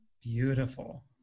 beautiful